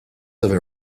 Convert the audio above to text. over